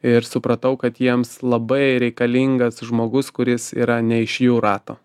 ir supratau kad jiems labai reikalingas žmogus kuris yra ne iš jų rato